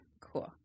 cool